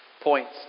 points